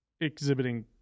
exhibiting